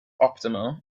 optimal